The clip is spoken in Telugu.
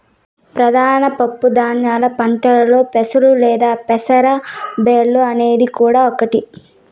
ప్రధాన పప్పు ధాన్యాల పంటలలో పెసలు లేదా పెసర బ్యాల్లు అనేది కూడా ఒకటి